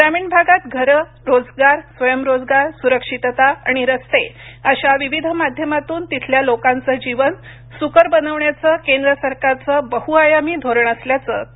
ग्रामीण भागात घर रोजगार स्वयंरोजगार सुरक्षितता आणि रस्ते अशा विविध माध्यमातून तिथल्या लोकांच जीवन सुकर बनविण्याच केंद्र सरकारचं बहुआयामी धोरण असल्याच त्यांनी सांगितलं